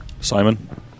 Simon